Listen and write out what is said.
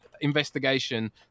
investigation